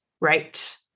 right